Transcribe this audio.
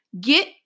get